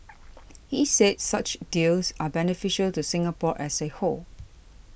he said such deals are beneficial to Singapore as a whole